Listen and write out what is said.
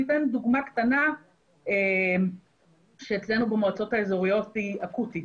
אני אתן דוגמא קטנה שאצלנו במועצות האזוריות היא אקוטית.